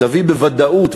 יביא בוודאות,